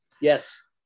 Yes